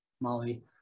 Molly